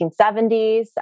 1970s